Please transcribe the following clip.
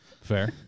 Fair